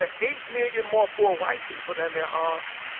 ah eight million more poor white people than there are